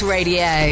Radio